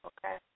Okay